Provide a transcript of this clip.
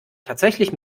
tatsächlich